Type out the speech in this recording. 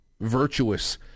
virtuous